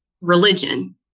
religion